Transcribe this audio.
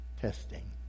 testing